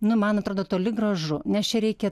nu man atrodo toli gražu nes čia reikia